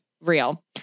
real